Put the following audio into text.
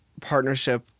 partnership